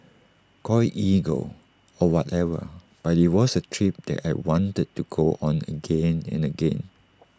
call IT ego or whatever but IT was A trip that I wanted to go on again and again